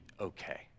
okay